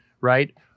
right